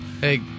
Hey